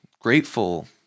grateful